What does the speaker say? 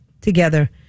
together